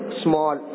small